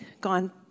gone